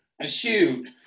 Shoot